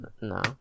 No